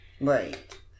Right